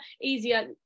easier